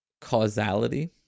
Causality